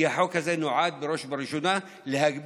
כי החוק הזה נועד בראש ובראשונה להגביר